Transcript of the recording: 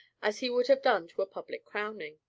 as he would have done to a public crowning.